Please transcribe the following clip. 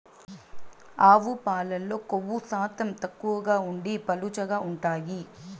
ఆవు పాలల్లో కొవ్వు శాతం తక్కువగా ఉండి పలుచగా ఉంటాయి